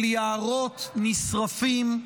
של יערות נשרפים.